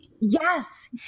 Yes